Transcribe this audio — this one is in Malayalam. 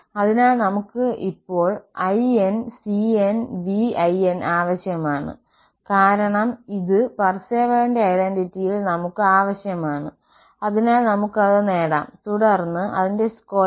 അതിനാൽ നമ്മൾക്ക് ഇപ്പോൾ ¿cn∨¿ ആവശ്യമാണ് കാരണം ഇത് പാർസേവലിന്റെ ഐഡന്റിറ്റിയിൽ നമ്മൾക്ക് ആവശ്യമാണ് അതിനാൽ നമുക്ക് അത് നേടാം തുടർന്ന് അതിന്റെ സ്ക്വയർ